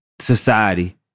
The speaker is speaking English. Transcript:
society